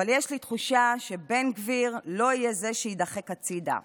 אבל יש לי תחושה שבן גביר לא יהיה זה שיידחק הצידה.